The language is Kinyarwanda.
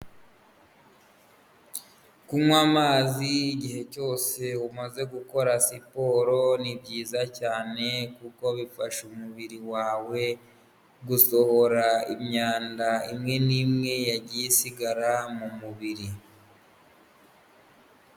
Kunywa amazi igihe cyose umaze gukora siporo ni byiza cyane kuko bifasha umubiri wawe gusohora imyanda imwe n'imwe yagiye isigara mu mubiri.